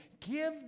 Give